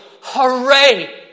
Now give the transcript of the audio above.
hooray